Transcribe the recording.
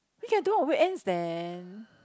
we can do on weekends then